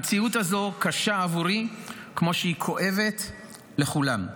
המציאות הזו קשה עבורי כמו שהיא כואבת לכולם,